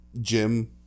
Jim